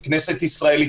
התנהגה כנסת ישראל.